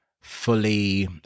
fully